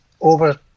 over